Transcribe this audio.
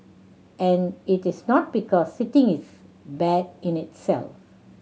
and it is not because sitting is bad in itself